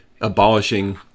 abolishing